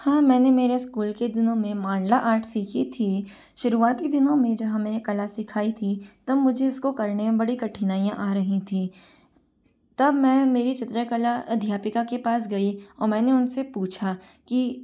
हाँ मैंने मेरे स्कूल के दिनों मे मांडला आर्ट सीखी थी शुरुवाती दिनों में जहाँ मैंने कला सिखाई थी जब मुझे इसको करने मे बड़ी कठनाईयाँ आ रही थी तब मैं मेरी चित्रकला अध्यापिका के पास गई और मैंने उनसे पूछा कि